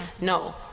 no